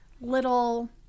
little